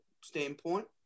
standpoint